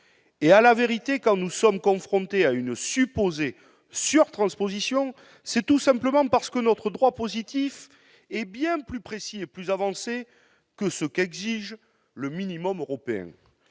À la vérité, quand nous sommes confrontés à une supposée « sur-transposition », c'est tout simplement parce que notre droit positif est bien plus précis et plus avancé que ce qu'exige le minimum européen.